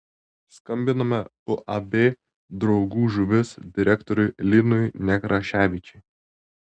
skambiname uab draugų žuvis direktoriui linui nekraševičiui